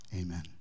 amen